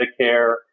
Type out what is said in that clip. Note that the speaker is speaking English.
Medicare